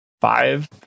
five